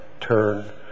turn